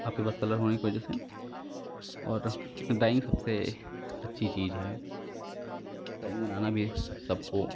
आपके पास कलर होने की वजह से और ड्राइंग तो सबसे अच्छी चीज़ है ड्राइंग बनाना भी सबको